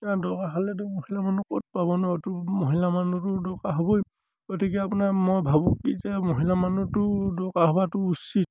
এতিয়া দৰকাৰ হ'লেতো মহিলা মানুহ ক'ত পাব ন তো মহিলা মানুহটো দৰকাৰ হ'বই গতিকে আপোনাৰ মই ভাবোঁ কি যে মহিলা মানুহটো দৰকাৰ হোৱাটো উচিত